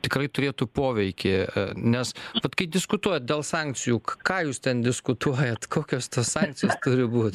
tikrai turėtų poveikį nes vat kai diskutuojat dėl sankcijų ką jūs ten diskutuojat kokios tos sankcijos turi būt